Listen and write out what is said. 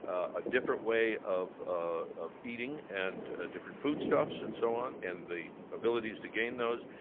a different way of ah of eating and different foodstuffs and so on. and the abilities to gain those.